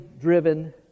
driven